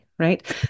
right